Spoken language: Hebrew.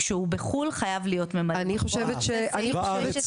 כשהוא בחו"ל חייב להיות ממלא מקום,